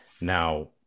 Now